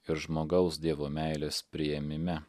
ir žmogaus dievo meilės priėmime